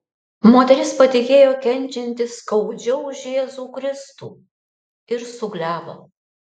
moteris patikėjo kenčianti skaudžiau už jėzų kristų ir suglebo